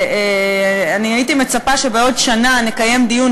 אני הייתי מצפה שבעוד שנה נקיים דיון,